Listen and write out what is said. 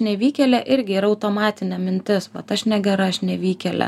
nevykėlė irgi yra automatinė mintis vat aš negera aš nevykėlė